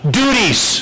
duties